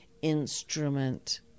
instrument